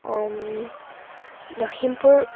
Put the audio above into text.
Lakhimpur